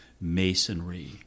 masonry